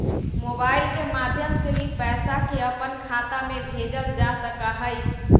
mobile के माध्यम से भी पैसा के अपन खाता में भेजल जा सका हई